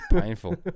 painful